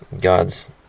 God's